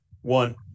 one